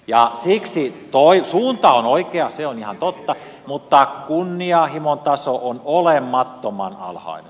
suunta on oikea se on ihan totta mutta kunnianhimon taso on olemattoman alhainen